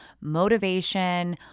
motivation